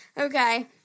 okay